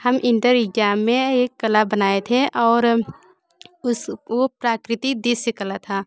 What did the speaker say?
हम inter exam में एक कला बनाए थे और उस वो प्राकृतिक दृश्य कला था